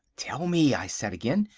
tell me, i said again,